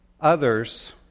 others